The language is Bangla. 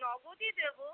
নগদই দেব